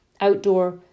outdoor